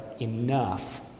enough